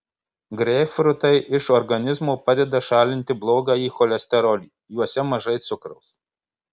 greipfrutai iš organizmo padeda šalinti blogąjį cholesterolį juose mažai cukraus